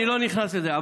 אני לא נכנס לזה.